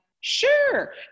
sure